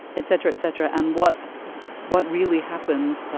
et cetera et cetera. and what what really happened.